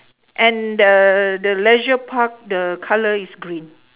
and the the leisure park the colour is green